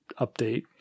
update